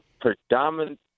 predominant